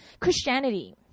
Christianity